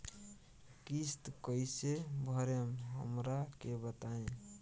किस्त कइसे भरेम हमरा के बताई?